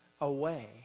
away